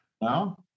No